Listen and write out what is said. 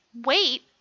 wait